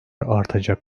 artacak